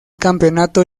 campeonato